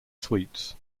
sweets